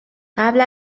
قبل